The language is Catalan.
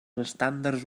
estàndards